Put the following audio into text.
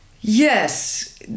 Yes